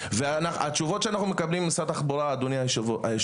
והתשובות שאנחנו מקבלים ממשרד התחבורה זה: